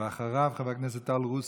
ואחריו, חבר הכנסת טל רוסו.